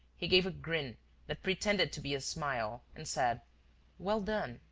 he gave a grin that pretended to be a smile and said well done,